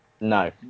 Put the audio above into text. no